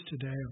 today